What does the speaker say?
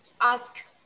ask